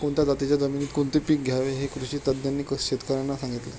कोणत्या जातीच्या जमिनीत कोणते पीक घ्यावे हे कृषी तज्ज्ञांनी शेतकर्यांना सांगितले